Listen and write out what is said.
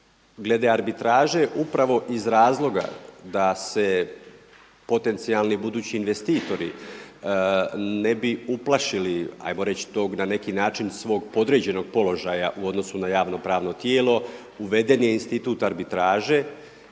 Glede arbitraže upravo iz razloga da se potencijalni budući investitori ne bi uplašili hajmo reći tog na neki način svog podređenog položaja u odnosu na javno-pravno tijelo uveden je institut arbitraže